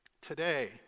Today